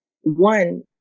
one